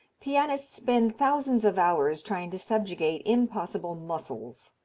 pianists spend thousands of hours trying to subjugate impossible muscles.